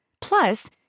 Plus